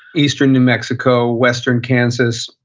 eastern new mexico, western kansas,